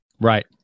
Right